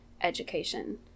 education